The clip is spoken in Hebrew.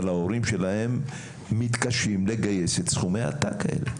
אבל ההורים שלהם מתקשים לגייס את סכומי העתק האלה.